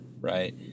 right